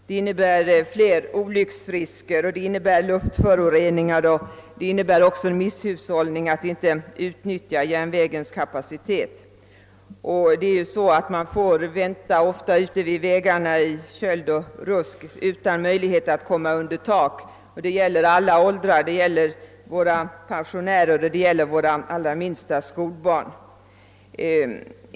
Det innebär fler olycksrisker, det innebär luftföroreningar och det innebär misshushållning att inte utnyttja järnvägens kapacitet. Man får ofta vänta ute vid vägarna i köld och rusk utan möjlighet att komma under tak. Det gäller alla åldrar — det gäller våra pensionärer och det gäller våra allra minsta skolbarn.